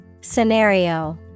Scenario